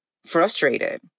frustrated